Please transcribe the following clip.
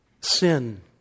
sin